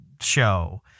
show